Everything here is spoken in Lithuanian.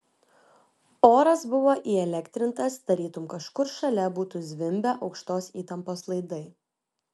oras buvo įelektrintas tarytum kažkur šalia būtų zvimbę aukštos įtampos laidai